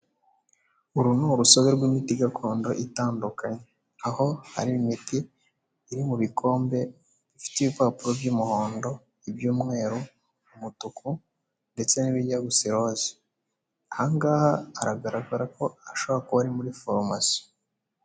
Uru ni urusobe rw'imiti gakondo itandukanye, aho hari imiti iri mu bikombe ifite ibipapuro by'umuhondo, iby'umweru, umutuku ndetse n'ibijya gusa iroze, aha ngaha haragaragara ko hashobora kuba ari muri farumasi.